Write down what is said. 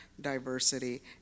diversity